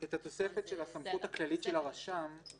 את התוספת של הסמכות הכללית של הרשם,